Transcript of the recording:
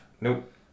Nope